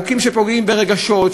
חוקים שפוגעים ברגשות,